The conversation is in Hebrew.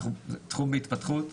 זהו תחום בהתפתחות,